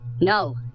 No